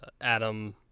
Adam